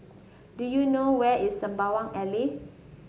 do you know where is Sembawang Alley